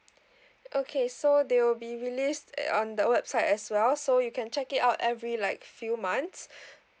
okay so they will be released uh on the website as well so you can check it out every like few months